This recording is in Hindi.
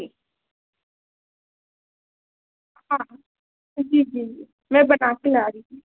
अगर एग्रीमेंट हो जाएगा तो फिर हम आपको यह इतनी जमीन अच्छा कितना एरिया चाहिए आपको